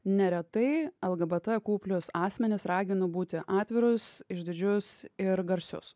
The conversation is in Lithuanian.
neretai lgbtq plius asmenis raginu būti atvirus išdidžius ir garsius